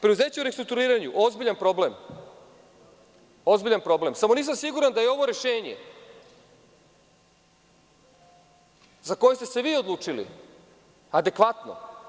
Preduzeće u restrukturiranju, ozbiljan problem, samo nisam siguran da je ovo rešenje za koje ste se vi odlučili adekvatno.